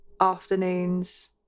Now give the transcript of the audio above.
afternoons